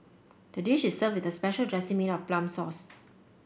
the dish is served with the special dressing made of plum sauce